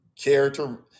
character